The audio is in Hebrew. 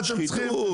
ושחיתות.